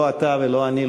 לא אתה ולא אני,